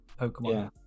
Pokemon